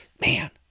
man